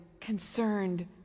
concerned